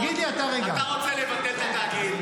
אז בואי תגידי לי, מי שומר הסף של שומרי הסף?